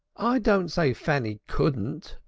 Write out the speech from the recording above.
i don't say fanny couldn't,